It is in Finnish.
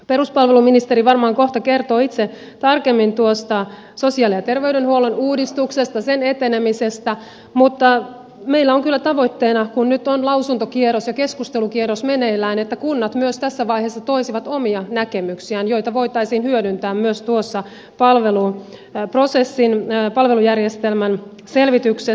peruspalveluministeri varmaan kohta kertoo itse tarkemmin tuosta sosiaali ja terveydenhuollon uudistuksesta sen etenemisestä mutta meillä on kyllä tavoitteena kun nyt on lausuntokierros ja keskustelukierros meneillään että kunnat myös tässä vaiheessa toisivat omia näkemyksiään joita voitaisiin hyödyntää myös tuossa palveluprosessin palvelujärjestelmän selvityksessä